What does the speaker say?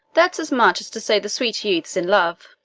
that's as much as to say the sweet youth's in love.